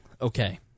okay